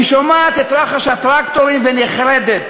היא שומעת את רחש הטרקטורים ונחרדת.